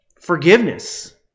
forgiveness